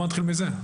בואו נתחיל מזה.